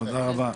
תודה רבה.